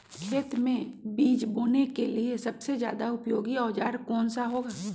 खेत मै बीज बोने के लिए सबसे ज्यादा उपयोगी औजार कौन सा होगा?